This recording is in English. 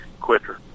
quicker